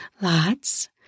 Lots